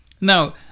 Now